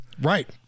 Right